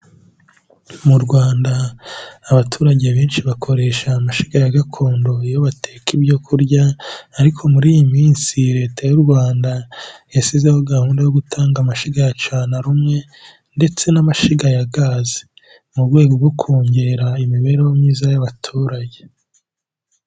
Mu Rwanda abaturage benshi bakoresha amashiga ya gakondo iyo bateka ibyo kurya, ariko muri iyi minsi Leta y'u Rwanda yashyizeho gahunda yo gutanga amashiga ya cana rumwe ndetse n'amashiga ya gaze. Mu rwego rwo kongera imibereho myiza y'abaturage.